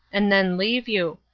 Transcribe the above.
and then leave you.